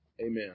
Amen